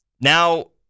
now